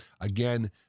Again